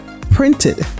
printed